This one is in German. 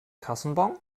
kassenbon